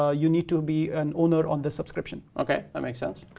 ah you need to be an owner on this subscription. okay. that make sense.